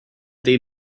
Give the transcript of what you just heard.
they